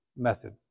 method